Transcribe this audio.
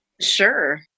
sure